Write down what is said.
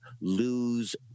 lose